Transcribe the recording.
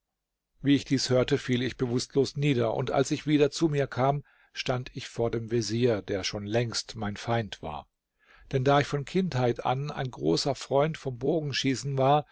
wie ich dies hörte fiel ich bewußtlos nieder und als ich wieder zu mir kam stand ich vor dem vezier der schon längst mein feind war denn da ich von kindheit an ein großer freund vom bogenschießen war